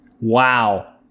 Wow